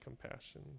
compassion